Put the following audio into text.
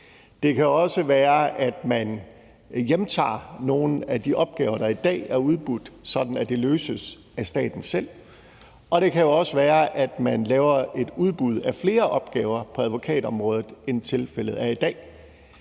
Det kan også være, at man hjemtager nogle af de opgaver, der i dag er udbudt, sådan at det løses af staten selv, og det kan også være, at man laver et udbud af flere opgaver på advokatområdet, end tilfældet er i dag.